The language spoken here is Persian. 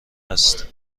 است